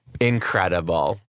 Incredible